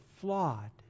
flawed